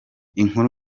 inkuru